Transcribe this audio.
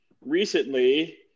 recently –